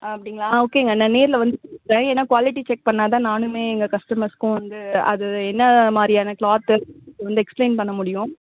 அப்படிங்களா ஆ ஓகேங்க நான் நேரில் வந்து பேசுகிறேன் ஏன்னால் குவாலிட்டி செக் பண்ணால் தான் நானுமே எங்கள் கஸ்டமர்ஸுக்கும் வந்து அது என்னமாதிரியான க்ளாத்துன்னு எக்ஸ்ப்ளைன் பண்ணமுடியும்